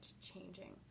changing